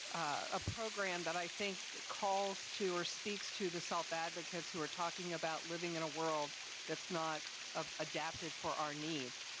a program that i think calls to or speaks to the self advocates who were talking about living in a world that's not ah adapted for our needs.